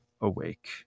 awake